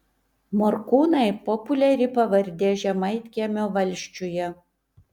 morkūnai populiari pavardė žemaitkiemio valsčiuje